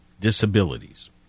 Disabilities